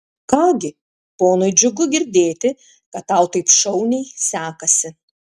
ką gi ponui džiugu girdėti kad tau taip šauniai sekasi